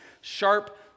sharp